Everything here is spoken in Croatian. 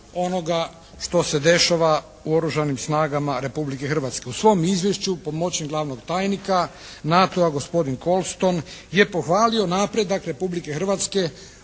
onoga što se dešava u Oružanim snagama Republike Hrvatske. U svom izvješću pomoćnik glavnog tajnika NATO-a gospodin Colston je pohvalio napredak Republike Hrvatske